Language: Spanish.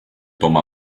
toma